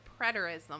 preterism